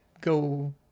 go